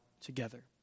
together